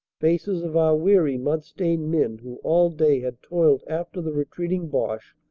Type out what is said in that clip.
faces of our weary mud-stained men who all day had toiled after the retreating boche,